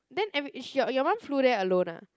then eve~ is she your your mum flew there alone ah